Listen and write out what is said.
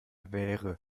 wäre